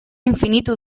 infinitu